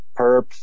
perps